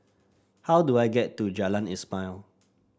how do I get to Jalan Ismail